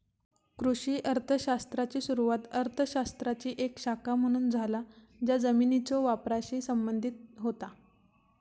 कृषी अर्थ शास्त्राची सुरुवात अर्थ शास्त्राची एक शाखा म्हणून झाला ज्या जमिनीच्यो वापराशी संबंधित होता